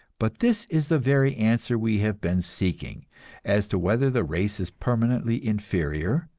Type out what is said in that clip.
but this is the very answer we have been seeking as to whether the race is permanently inferior,